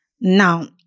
Now